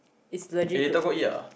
is legit good